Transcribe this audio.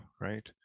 right